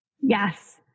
Yes